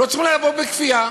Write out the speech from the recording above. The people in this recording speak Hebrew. לא צריכים לבוא בכפייה.